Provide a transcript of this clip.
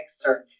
search